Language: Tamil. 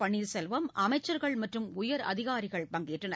பன்னீர்செல்வம் அமைச்சர்கள் மற்றும் உயர் அதிகாரிகள் பங்கேற்றனர்